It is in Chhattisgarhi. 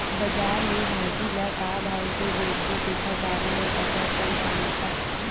बजार में भाजी ल का भाव से बेचबो तेखर बारे में पता चल पाही का?